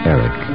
Eric